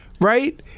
right